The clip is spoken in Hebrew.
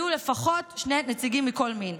יהיו לפחות שני נציגים מכל מין".